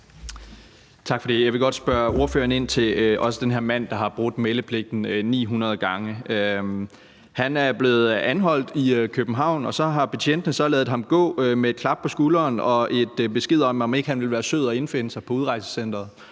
Jeg vil godt spørge ordføreren om den her mand, der har brudt meldepligten 900 gange. Han er blevet anholdt i København, og så har betjentene så ladet ham gå med et klap på skulderen og en besked om, om ikke han ville være sød at indfinde sig på udrejsecenteret.